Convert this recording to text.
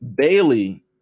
bailey